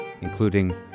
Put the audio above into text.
including